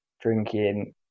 drinking